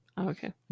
okay